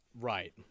Right